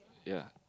ya